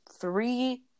three